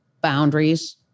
boundaries